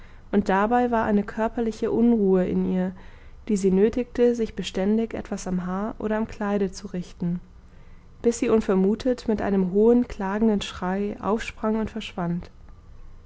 und dabei war eine körperliche unruhe in ihr die sie nötigte sich beständig etwas am haar oder am kleide zu richten bis sie unvermutet mit einem hohen klagenden schrei aufsprang und verschwand